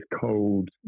cold